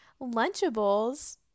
Lunchables